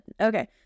Okay